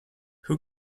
who